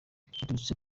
biturutse